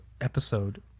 episode